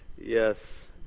Yes